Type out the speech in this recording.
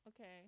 Okay